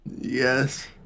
Yes